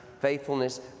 faithfulness